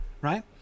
right